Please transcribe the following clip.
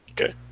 Okay